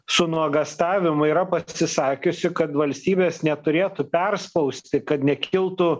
šių nuogąstavimų yra pasisakiusi kad valstybės neturėtų perspausti kad nekiltų